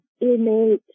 innate